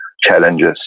challenges